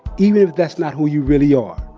even if that's not who you really are.